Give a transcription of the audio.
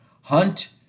Hunt